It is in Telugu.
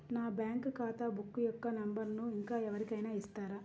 నా బ్యాంక్ ఖాతా బుక్ యొక్క నంబరును ఇంకా ఎవరి కైనా ఇస్తారా?